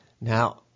now